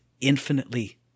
infinitely